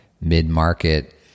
mid-market